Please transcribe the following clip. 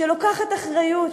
שלוקחת אחריות,